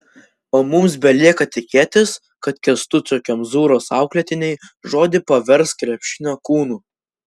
o mums belieka tikėtis kad kęstučio kemzūros auklėtiniai žodį pavers krepšinio kūnu